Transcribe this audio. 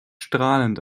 strahlend